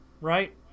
right